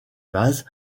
vases